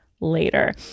later